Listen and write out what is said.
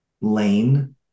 lane